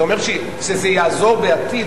אתה אומר שזה יעזור בעתיד,